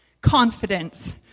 Confidence